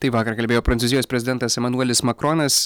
taip vakar kalbėjo prancūzijos prezidentas emanuelis makronas